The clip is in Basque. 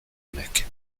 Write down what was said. honek